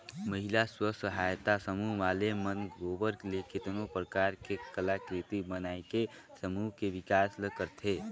महिला स्व सहायता समूह वाले मन गोबर ले केतनो परकार के कलाकृति बनायके समूह के बिकास ल करथे